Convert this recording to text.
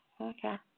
okay